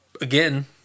again